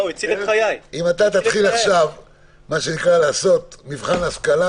אם תתחיל לעשות מבחן השכלה,